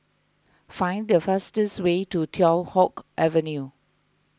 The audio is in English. find the fastest way to Teow Hock Avenue